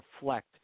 reflect